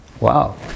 Wow